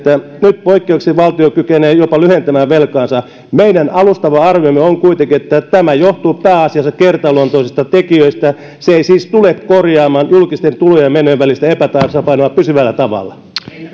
nyt poikkeuksellisesti valtio kykenee jopa lyhentämään velkaansa meidän alustava arviomme on kuitenkin että että tämä johtuu pääasiassa kertaluonteisista tekijöistä se ei siis tule korjaamaan julkisten tulojen ja menojen välistä epätasapainoa pysyvällä tavalla